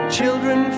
Children